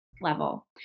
level